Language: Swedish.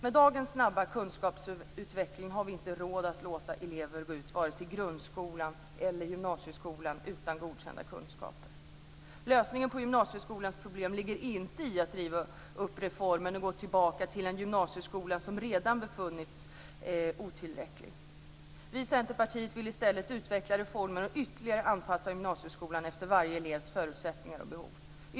Med dagens snabba kunskapsutveckling har vi inte råd att låta elever gå ut vare sig grundskolan eller gymnasieskolan utan godkända kunskaper. Lösningen på gymnasieskolans problem ligger inte i att riva upp reformen och gå tillbaka till en gymnasieskola som redan befunnits otillräcklig. Vi i Centerpartiet vill i stället utveckla reformen och ytterligare anpassa gymnasieskolan efter varje elevs förutsättningar och behov.